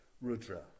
Rudra